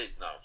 now